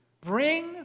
bring